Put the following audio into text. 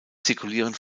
zirkulieren